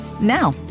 Now